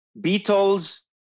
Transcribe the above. Beatles